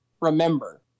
remember